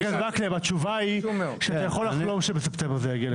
נגיע לשלושה שבועות.